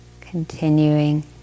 continuing